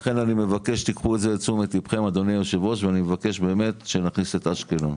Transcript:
אני מבקש שתיקחו את זה לתשומת ליבכם ונכניס את אשקלון.